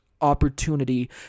opportunity